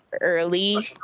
early